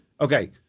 Okay